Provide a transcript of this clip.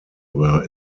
were